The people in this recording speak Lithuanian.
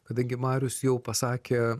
kadangi marius jau pasakė